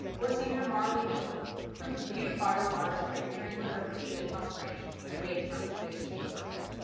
or senior marlee michel who beautified her waters by clearing litter from pigeon-house branch through wake county's big sweep program.